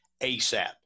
ASAP